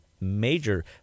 major